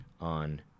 on